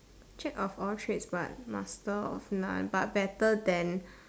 Jack of all trades but master of none but better than